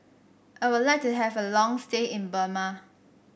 I would like to have a long stay in Burma